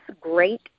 great